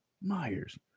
Myers